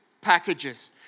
packages